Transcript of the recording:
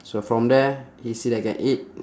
so from there he see that can eat